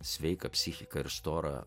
sveiką psichiką ir storą